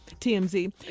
TMZ